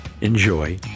enjoy